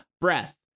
breath